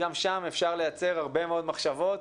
גם שם אפשר לייצר הרבה מאוד מחשבות,